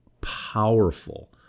powerful